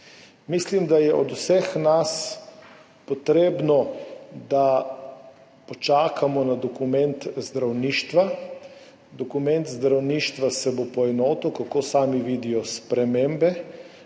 Mislim, da je od vseh nas potrebno, da počakamo na dokument zdravništva. Dokument zdravništva se bo poenotil, kako sami vidijo spremembe